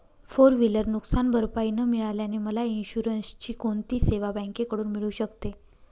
Four wheeler नुकसानभरपाई न मिळाल्याने मला इन्शुरन्सची कोणती सेवा बँकेकडून मिळू शकते?